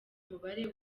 umubare